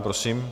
Prosím.